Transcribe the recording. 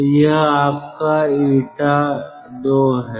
तो यह आपका 𝜂II है